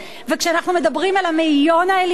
וכשאנחנו מדברים על המאיון העליון,